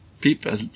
people